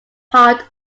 part